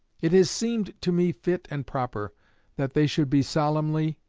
it has seemed to me fit and proper that they should be solemnly,